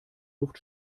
luft